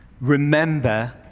Remember